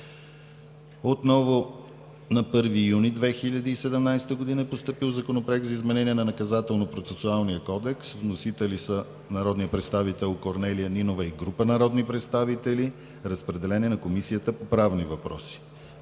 финанси. На 1 юни 2017 г. е постъпил Законопроект за изменение на Наказателно-процесуалния кодекс. Вносители са народният представител Корнелия Нинова и група народни представители. Разпределен е на Комисията по правни въпроси.